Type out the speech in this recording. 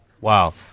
Wow